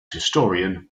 historian